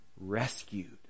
rescued